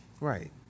Right